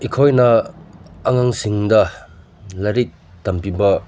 ꯑꯩꯈꯣꯏꯅ ꯑꯉꯥꯡꯁꯤꯡꯗ ꯂꯥꯏꯔꯤꯛ ꯇꯝꯕꯤꯕ